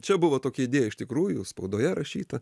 čia buvo tokia idėja iš tikrųjų spaudoje rašyta